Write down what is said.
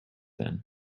then